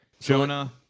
Jonah